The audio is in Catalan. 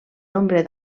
nombre